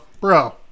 Bro